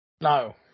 No